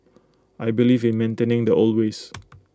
I believe in maintaining the old ways